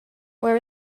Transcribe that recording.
where